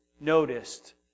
noticed